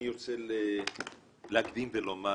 אני ארצה להקדים ולומר